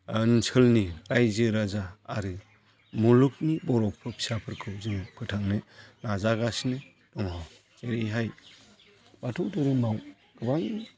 ओनसोलनि रायजो राजा आरो मुलुगनि बर' फिसाफोरखौ जोङो फोथांनो नाजागासिनो दङ जेरैहाय बाथौ धोरोमाव गोबां